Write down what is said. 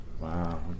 Wow